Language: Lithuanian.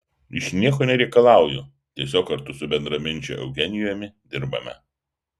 iš nieko nereikalauju tiesiog kartu su bendraminčiu eugenijumi dirbame